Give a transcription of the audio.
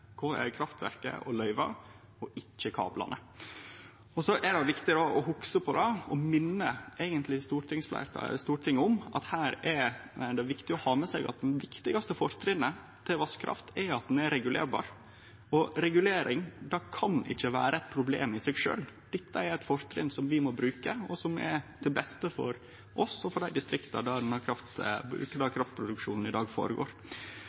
kraftverket og løyva, ikkje kablane. Så er det viktig å hugse på – eigentleg minne Stortinget om – at det viktigaste fortrinnet til vasskrafta er at ho kan regulerast. Regulering kan ikkje vere eit problem i seg sjølv. Dette er eit fortrinn som vi må bruke, og som er til beste for oss og for dei distrikta der kraftproduksjonen i dag skjer. I